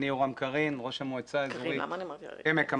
אני ראש המועצה האזורית עמק המעיינות.